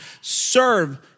serve